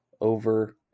over